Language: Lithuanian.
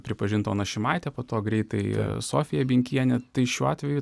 pripažinta ona šimaitė po to greitai sofija binkienė tai šiuo atveju